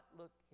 look